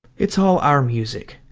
it's all our music.